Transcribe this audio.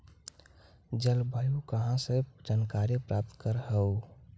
जलवायु कहा से जानकारी प्राप्त करहू?